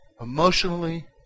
emotionally